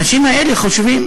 האנשים האלה חושבים